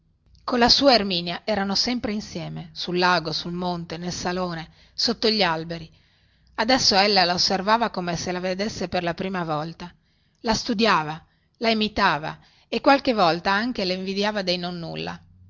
fiore colla sua erminia erano sempre insieme sul lago sul monte nel salone sotto gli alberi adesso ella la osservava come se la vedesse per la prima volta la studiava la imitava e qualche volta anche le invidiava dei nonnulla